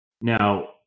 Now